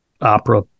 opera